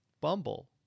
Bumble